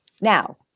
Now